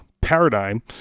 paradigm